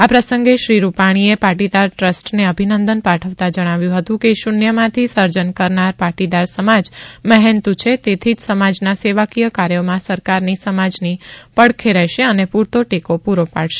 આ પ્રસંગે શ્રી રૂપાણીએ પાટીદાર ટ્રસ્ટને અભિનંદન પાઠવતાં જણાવ્યું હતું કે શૂન્યમાંથી સર્જન કરનાર પાટીદાર સમાજ મહેનતુ છે તેથી જ સમાજના સેવાકીય કાર્યોમાં સરકાર સમાજની પડખે રહેશે અને પૂરતો ટેકો પૂરો પાડશે